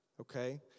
okay